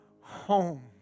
home